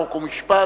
חוק ומשפט,